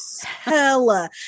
hella